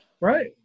right